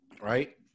Right